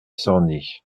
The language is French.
sorny